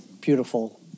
beautiful